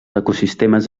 ecosistemes